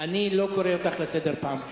אני לא קורא אותך לסדר פעם ראשונה.